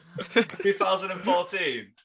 2014